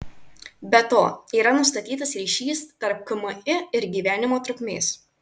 be to yra nustatytas ryšys tarp kmi ir gyvenimo trukmės